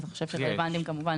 ואתה חושב שהם רלוונטיים --- יש.